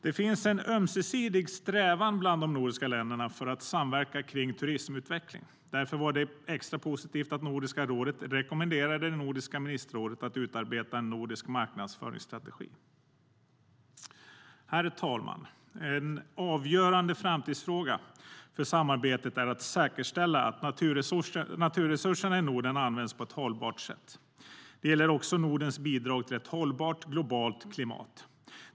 Det finns en ömsesidig strävan bland de nordiska länderna för att samverka kring turismutveckling. Därför var det extra positivt att Nordiska rådet rekommenderade Nordiska ministerrådet att utarbeta en nordisk marknadsföringsstrategi. Herr talman! En avgörande framtidsfråga för samarbetet är att säkerställa att naturresurserna i Norden används på ett hållbart sätt. Det gäller också Nordens bidrag till ett hållbart, globalt klimat.